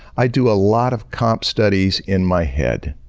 i do a lot of comp studies in my head.